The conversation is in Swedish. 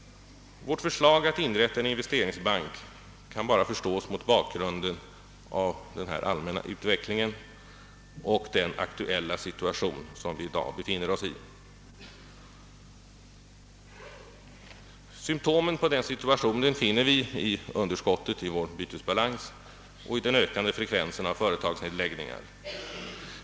Vårt förslag att inrätta en investeringsbank kan bara förstås mot bakgrunden av denna allmänna utveckling och den situation vi i dag befinner oss i. Symtomen på denna situation finner vi i underskottet i vår bytesbalans och i den ökade frekvensen av företagsnedläggningar.